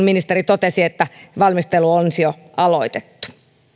ministeri totesi että valmistelu olisi jo aloitettu